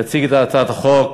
יציג את הצעת החוק